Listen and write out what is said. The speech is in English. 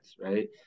right